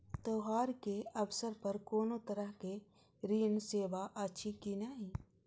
त्योहार के अवसर पर कोनो तरहक ऋण सेवा अछि कि नहिं?